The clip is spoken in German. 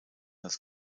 das